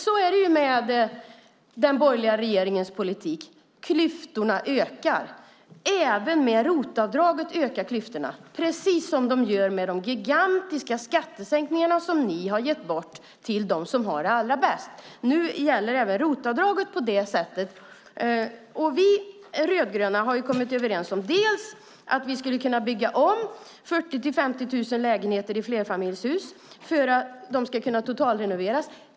Så är det med den borgerliga regeringens politik, klyftorna ökar. Även med ROT-avdraget ökar klyftorna, precis som de gör med de gigantiska skattesänkningar som ni har gett bort till dem som har det allra bäst. Nu fungerar även ROT-avdraget på det sättet. Vi rödgröna har kommit överens om att vi skulle kunna bygga om 40 000-50 000 lägenheter i flerfamiljshus för att de ska kunna totalrenoveras.